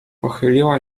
pochyliła